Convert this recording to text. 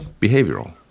behavioral